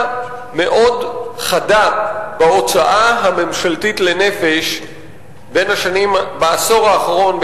מאוד חדה בהוצאה הממשלתית לנפש בעשור האחרון,